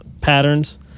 patterns